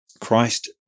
Christ